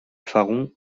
faron